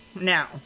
now